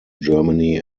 germany